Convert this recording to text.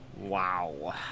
Wow